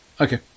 Okay